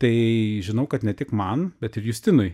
tai žinau kad ne tik man bet ir justinui